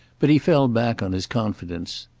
but he fell back on his confidence.